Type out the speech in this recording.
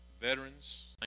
veterans